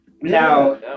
Now